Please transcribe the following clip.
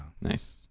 Nice